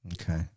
Okay